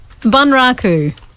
Bunraku